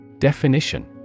Definition